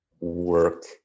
work